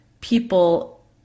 people